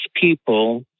people